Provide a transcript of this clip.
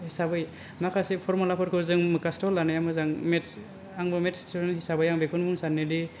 हिसाबै माखासे फरमुला फोरखौ जों मखास्थ' लानाया मोजां मेटस आंबो मेटस स्टुडेन हिसाबै आं बेखौनो बुंनो सानोदि